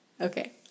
Okay